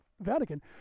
Vatican